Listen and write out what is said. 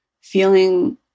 feeling